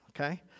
okay